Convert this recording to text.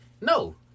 No